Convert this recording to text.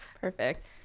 perfect